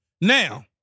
Now